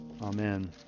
Amen